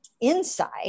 inside